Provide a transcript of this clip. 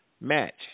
match